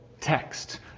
text